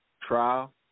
trial